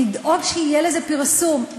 לדאוג שיהיה לזה פרסום.